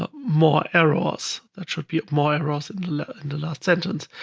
ah more errors. that should be more errors in the and last sentence.